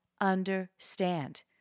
understand